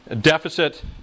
deficit